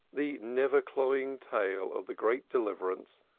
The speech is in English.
the never-cloying tale of the great deliverance,